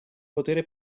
potere